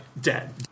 dead